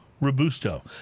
Robusto